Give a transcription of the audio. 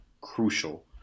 crucial